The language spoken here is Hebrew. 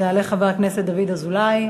יעלה חבר הכנסת דוד אזולאי,